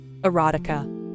erotica